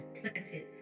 planted